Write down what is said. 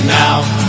now